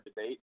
debate